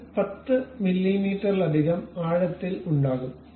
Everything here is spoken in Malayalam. അത് 10 മില്ലീമീറ്ററിലധികം ആഴത്തിൽ ഉണ്ടാകും